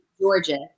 Georgia